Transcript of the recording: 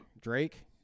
Drake